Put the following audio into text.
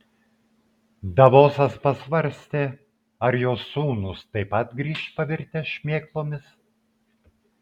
davosas pasvarstė ar jo sūnūs taip pat grįš pavirtę šmėklomis